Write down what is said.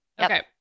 Okay